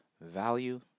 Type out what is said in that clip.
value